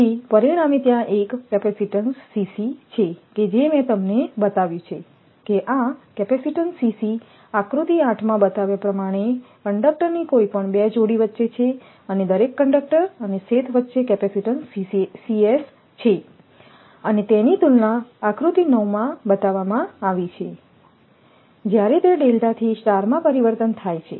તેથી પરિણામે ત્યાં એક કેપેસિટીન્સ છે કે જે મેં તમને બતાવ્યું કે આ કેપેસિટીન્સ આકૃતિ 8માં બતાવ્યા પ્રમાણે કંડક્ટરની કોઈપણ 2 જોડી વચ્ચે છે અને દરેક કંડક્ટર અને શેથ વચ્ચે કેપેસિટીન્સ છે અને તેની તુલના આકૃતિ 9 માં બતાવવામાં આવી છે જ્યારે તે ડેલ્ટાથી સ્ટારમાં પરિવર્તન થાય છે